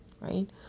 right